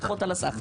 לדחות על הסף.